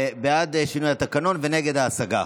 לוי, מירב בן ארי,